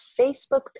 Facebook